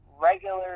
regular